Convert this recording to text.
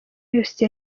yose